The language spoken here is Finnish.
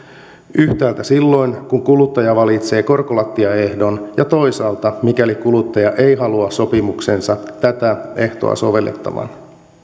yhtäältä silloin kun kuluttaja valitsee korkolattiaehdon ja toisaalta mikäli kuluttaja ei halua sopimukseensa tätä ehtoa sovellettavan